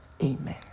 Amen